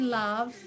love